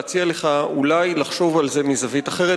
להציע לך אולי לחשוב על זה מזווית אחרת,